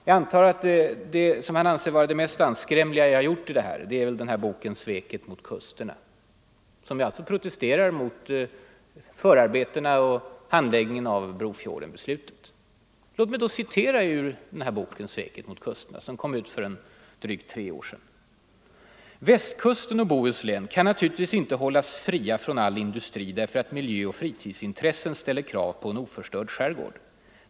Jag antar att det som han anser vara det mest anstötliga jag gjort i den här frågan är boken Sveket mot kusterna, där jag bl.a. protesterar mot handläggningen av Brofjordenbeslutet. Låt mig då citera ur Sveket mot kusterna som kom ut för drygt tre år sedan : ”Västkusten och Bohuslän kan naturligtvis inte hållas fria från all industri därför att miljöoch fritidsintressen ställer krav på en oförstörd skärgård.